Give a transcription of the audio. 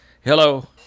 Hello